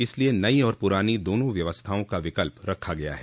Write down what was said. इसलिए नई और पुरानी दोनों व्यवस्थाओं का विकल्प रखा गया है